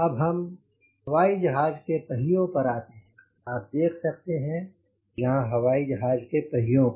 अब हम हवाई जहाज के पहियों पर आते हैं आप देख सकते हैं यहाँ हवाई जहाज के पहियों को